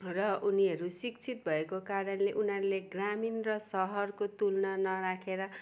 र उनीहरू शिक्षित भएको कारणले उनीहरूले ग्रामिण र सहरको तुलना नराखेर